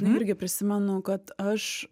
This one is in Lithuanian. irgi prisimenu kad aš